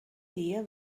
dia